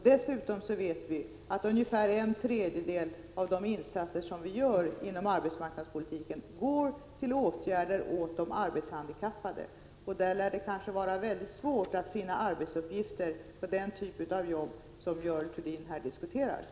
Dessutom går ungefär en tredjedel av de insatser vi gör inom arbetsmarknadspolitiken till åtgärder för de arbetshandikappade, och jag tror att det är mycket svårt att finna arbetsuppgifter för dem inom ramen för den typ av jobb som Görel Thurdin här diskuterar.